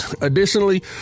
Additionally